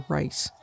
race